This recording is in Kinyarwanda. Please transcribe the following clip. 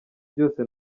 byose